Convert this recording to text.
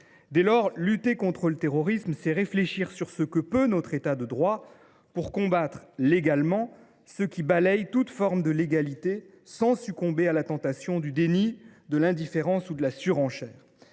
Dès lors, lutter contre le terrorisme revient à réfléchir à ce que peut faire l’État de droit pour combattre légalement ceux qui balayent toute forme de légalité, sans succomber à la tentation du déni, de l’indifférence, ou de la surenchère.